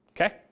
Okay